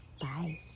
Bye